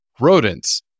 rodents